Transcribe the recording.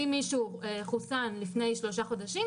אם מישהו חוסן לפני שלושה חודשים,